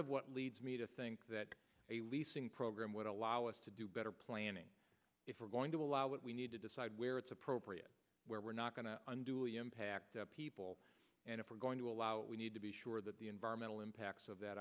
of what leads me to think that a leasing program would allow us to do better planning if we're going to allow what we need to decide where it's appropriate where we're not going to unduly impact people and if we're going to allow we need to be sure that the environmental impacts of that